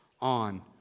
on